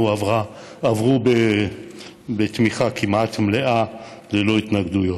עברו בתמיכה כמעט מלאה וללא התנגדויות.